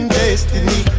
destiny